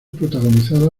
protagonizada